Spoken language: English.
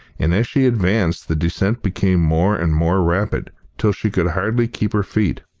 and as she advanced the descent became more and more rapid, till she could hardly keep her feet.